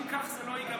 אם כך, זה לא ייגמר.